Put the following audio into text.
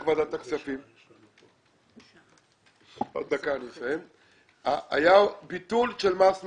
ועדת הכספים היה ביטול של מס מעסיקים.